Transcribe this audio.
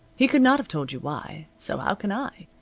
he could not have told you why, so how can i,